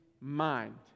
mind